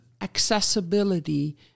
accessibility